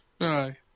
Aye